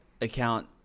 account